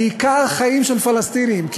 בעיקר חיים של פלסטינים.